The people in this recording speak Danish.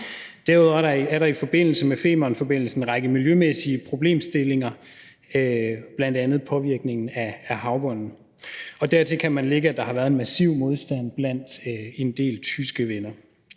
Derudover er der i forbindelse med Femernforbindelsen en række miljømæssige problemstillinger, bl.a. påvirkningen af havbunden. Dertil kan man lægge, at der har været en massiv modstand blandt en del tyske venner.